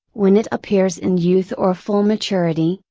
when it appears in youth or full maturity,